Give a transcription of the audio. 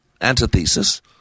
Antithesis